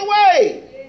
away